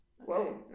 Whoa